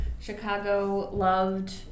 Chicago-loved